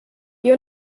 wir